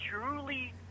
truly